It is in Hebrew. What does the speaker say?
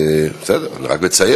נכון.